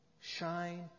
shine